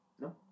no